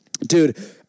dude